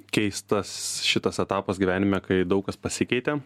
keistas šitas etapas gyvenime kai daug kas pasikeitė